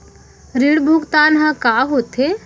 ऋण भुगतान ह का होथे?